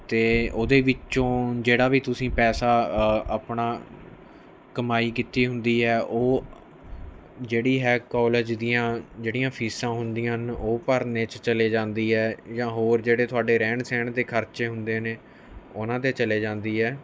ਅਤੇ ਉਹਦੇ ਵਿੱਚੋਂ ਜਿਹੜਾ ਵੀ ਤੁਸੀਂ ਪੈਸਾ ਆਪਣਾ ਕਮਾਈ ਕੀਤੀ ਹੁੰਦੀ ਹੈ ਉਹ ਜਿਹੜੀ ਹੈ ਕੋਲਜ ਦੀਆਂ ਜਿਹੜੀਆਂ ਫੀਸਾਂ ਹੁੰਦੀਆਂ ਹਨ ਉਹ ਭਰਨੇ 'ਚ ਚਲੇ ਜਾਂਦੀ ਹੈ ਜਾਂ ਹੋਰ ਜਿਹੜੇ ਤੁਹਾਡੇ ਰਹਿਣ ਸਹਿਣ ਦੇ ਖਰਚੇ ਹੁੰਦੇ ਨੇ ਉਹਨਾਂ 'ਤੇ ਚਲੇ ਜਾਂਦੀ ਹੈ